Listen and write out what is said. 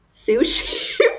sushi